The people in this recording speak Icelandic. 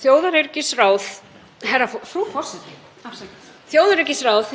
Þjóðaröryggisráð